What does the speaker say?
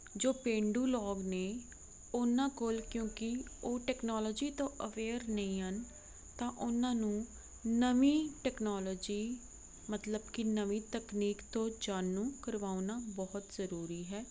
ਜੋ ਪੇਂਡੂ ਲੋਕ ਨੇ ਉਹਨਾਂ ਕੋਲ ਕਿਉਂਕਿ ਉਹ ਟੈਕਨੋਲੋਜੀ ਤੋਂ ਅਵੇਅਰ ਨਹੀਂ ਹਨ ਤਾਂ ਉਹਨਾਂ ਨੂੰ ਨਵੀਂ ਟੈਕਨੋਲੋਜੀ ਮਤਲਬ ਕਿ ਨਵੀਂ ਤਕਨੀਕ ਤੋਂ ਜਾਣੂ ਕਰਵਾਉਣਾ ਬਹੁਤ ਜ਼ਰੂਰੀ ਹੈ